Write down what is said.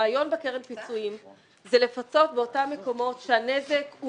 הרעיון בקרן פיצויים הוא לפצות באותם מקומות שהנזק הוא